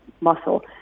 muscle